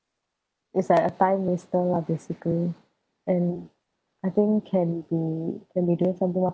is like a time waster lah basically and I think can be can be doing something more